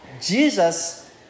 Jesus